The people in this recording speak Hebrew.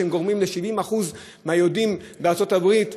שהם גורמים לכך ש-70% מהיהודים בארצות-הברית מתבוללים.